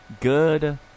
good